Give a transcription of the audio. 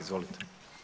Izvolite.